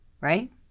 right